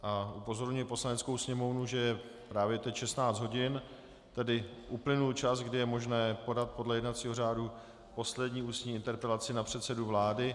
A upozorňuji Poslaneckou sněmovnu, že je právě teď 16 hodin, tedy uplynul čas, kdy je možné podat podle jednacího řádu poslední ústní interpelaci na předsedu vlády.